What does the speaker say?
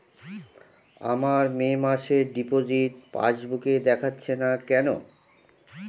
আমার মে মাসের ডিপোজিট পাসবুকে দেখাচ্ছে না কেন?